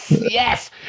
yes